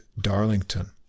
Darlington